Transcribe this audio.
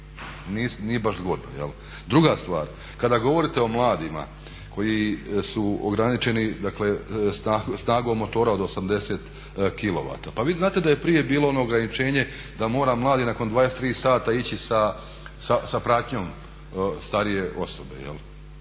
Nije baš zgodno. Druga stvar, kada govorite o mladima koji su ograničeni snagom motora od 80KW pa vi znate da je prije bilo ono ograničenje da mora mladi nakon 23 sata ići sa pratnjom starije osobe.